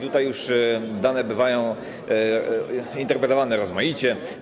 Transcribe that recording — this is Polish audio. Tutaj już dane bywają interpretowane rozmaicie.